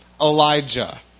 Elijah